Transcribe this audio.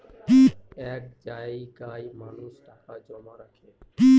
এক জায়গায় মানুষ টাকা জমা রাখে